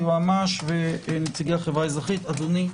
בבקשה, אדוני.